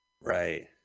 Right